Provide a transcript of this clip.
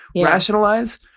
rationalize